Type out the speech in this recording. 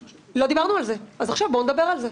לא דיברנו על זה, אז עכשיו בואו נדבר על זה.